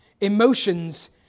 Emotions